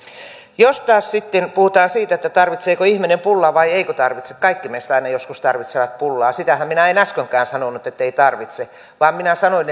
jos taas sitten puhutaan siitä tarvitseeko ihminen pullaa vai eikö tarvitse niin kaikki meistä aina joskus tarvitsevat pullaa sitähän minä en äskenkään sanonut etteivät tarvitse vaan minä sanoin